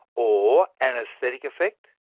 or anaesthetic effect,